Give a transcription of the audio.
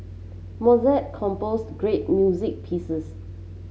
Mozart composed great music pieces